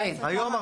היום.